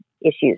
issues